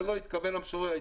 לזה לא התכוון המשורר.